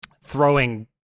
throwing